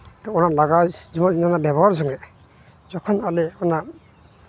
ᱛᱚ ᱱᱚᱣᱟ ᱞᱟᱜᱟᱣ ᱡᱮᱢᱚᱱ ᱤᱧ ᱚᱱᱟ ᱵᱮᱵᱚᱦᱟᱨ ᱥᱚᱢᱚᱭ ᱡᱚᱠᱷᱚᱱ ᱟᱞᱮ ᱚᱱᱟ